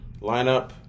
lineup